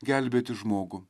gelbėti žmogų